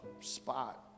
spot